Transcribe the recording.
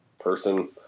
person